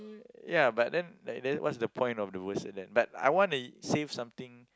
ya but then like what is the point of the birth cert then but I want to save something